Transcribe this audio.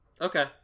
Okay